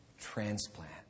transplant